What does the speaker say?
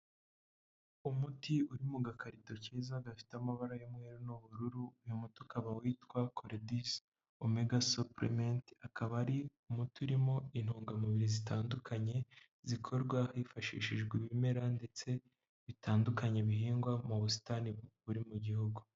Umuti uri mu gakarito keza gafite amabara y'umweru n'ubururu uyu muti ukaba witwa choleduz omega supplement akaba ari umuti urimo intungamubiri zitandukanye zikorwa hifashishijwe ibimera ndetse bitandukanye bihingwa mu busitani buri mu gihugu.